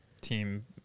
team